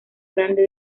grande